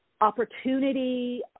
opportunity